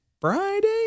Friday